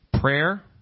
Prayer